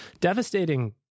devastating